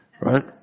right